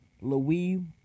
Louis